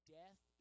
death